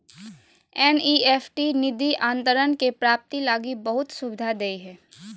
NEFT निधि अंतरण के प्राप्ति लगी बहुत सुविधा दे हइ